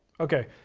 ok,